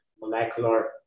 molecular